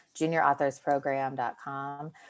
juniorauthorsprogram.com